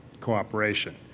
cooperation